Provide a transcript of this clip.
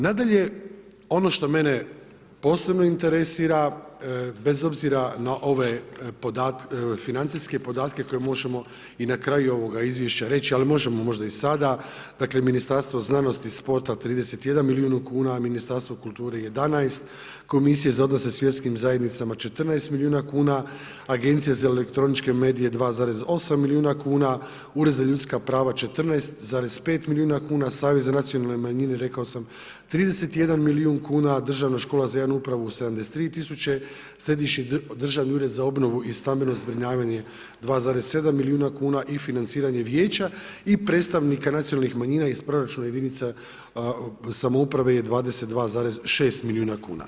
Nadalje, ono što mene posebno interesira, bez obzira na ove financijske podatke koje možemo i na kraju ovoga izvješća reći, ali možemo možda i sada, dakle Ministarstvo znanosti, sporta 31 milijun kuna, Ministarstvo kulture 11, Komisije za odnose s vjerskim zajednicama 14 milijuna kuna, Agencija za elektroničke medije 2,8 milijuna kuna, Ured za ljudska prava 14,5 milijuna kuna, Savez za nacionalne manjine rekao sam 31 milijun kuna, a Državna škola za javnu upravu 73 000, Središnji državni ured za obnovu i stambeno zbrinjavanje 2,7 milijuna kuna i financiranje vijeća i predstavnika nacionalnih manjina iz proračuna jedinica samouprave je 22,6 milijuna kuna.